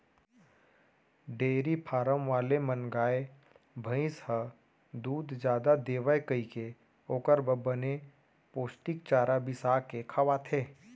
dairy farm वाले मन गाय, भईंस ह दूद जादा देवय कइके ओकर बर बने पोस्टिक चारा बिसा के खवाथें